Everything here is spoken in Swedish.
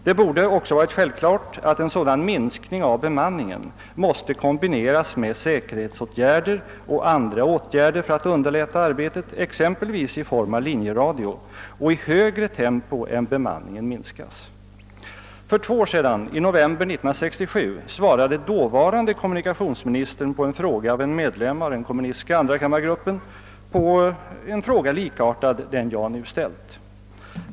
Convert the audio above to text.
Det borde också varit självklart att en sådan minskning av bemanningen måste kombineras med säkerhetsåtgärder och andra åtgärder för att underlätta arbetet, exempelvis i form av linjeradio, och i högre tempo än bemanningen minskas. För två år sedan, i november 1967, svarade dåvarande kommunikationsministern på en liknande fråga av en medlem av den kommunistiska andrakammargruppen.